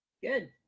good